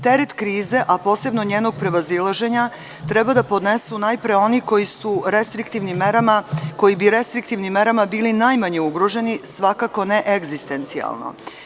Teret krize, a posebno njenog prevazilaženja treba da podnesu najpre oni koji bi restriktivnim merama bili najmanje ugroženi, svakako ne egzistencijalno.